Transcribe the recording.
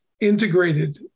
integrated